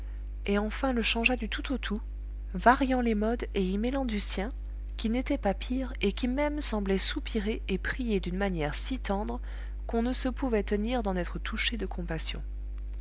et enfin le changea du tout au tout variant les modes et y mêlant du sien qui n'était pas pire et qui même semblait soupirer et prier d'une manière si tendre qu'on ne se pouvait tenir d'en être touché de compassion